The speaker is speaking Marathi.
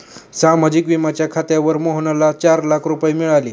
सामाजिक विम्याच्या खात्यावर मोहनला चार लाख रुपये मिळाले